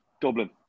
Dublin